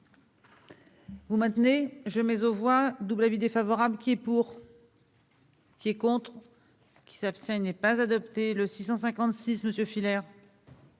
Vous maintenez je mets aux voix double avis défavorable qui est pour. Qui est contre qui s'abstient n'est pas adopté le 656 monsieur